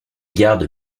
gardes